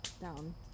down